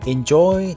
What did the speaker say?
Enjoy